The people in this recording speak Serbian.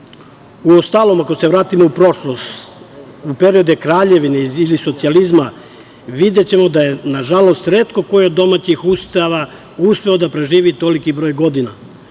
Uostalom, ako se vratimo u prošlost u periode Kraljevine ili socijalizma, videćemo da je nažalost retko koji od domaćih Ustava uspeo da preživi toliki broj godina.